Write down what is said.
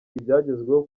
ibyagezweho